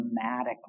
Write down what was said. dramatically